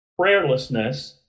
prayerlessness